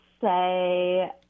say